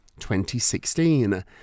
2016